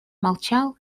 молчал